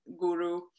guru